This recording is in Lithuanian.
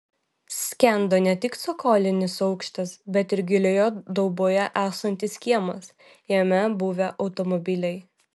skendo ne tik cokolinis aukštas bet ir gilioje dauboje esantis kiemas jame buvę automobiliai